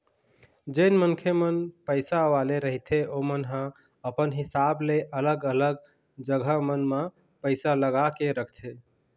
जेन मनखे मन पइसा वाले रहिथे ओमन ह अपन हिसाब ले अलग अलग जघा मन म पइसा लगा के रखथे